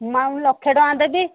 madam ମୁଁ ଲକ୍ଷେ ଟଙ୍କା ଦେବି